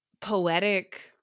poetic